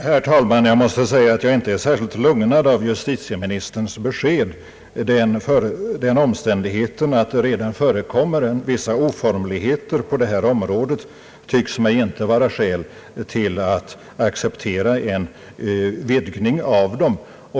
Herr talmanl Jag måste säga att jag inte är särskilt lugnad av justitieministerns besked. Den omständigheten att det redan förekommer vissa oformligheter på detta område tycks mig inte vara skäl till att vi skall acceptera en vidgning av dem.